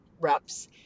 reps